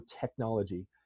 technology